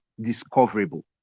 discoverable